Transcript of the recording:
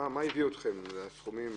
מה הביא אתכם לסכומים?